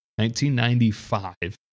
1995